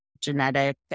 genetic